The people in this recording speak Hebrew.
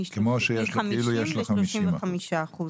מ-50 ל-35%.